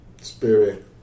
spirit